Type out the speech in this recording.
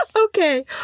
Okay